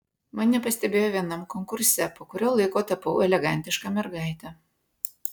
mane pastebėjo vienam konkurse po kurio laiko tapau elegantiška mergaite